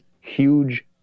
huge